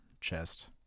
chest